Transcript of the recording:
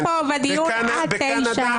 שמחה, היינו פה בדיון עד תשע,